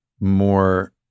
more